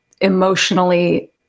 emotionally